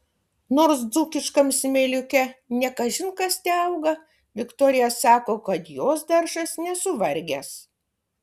nors dzūkiškam smėliuke ne kažin kas teauga viktorija sako kad jos daržas nesuvargęs